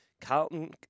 Carlton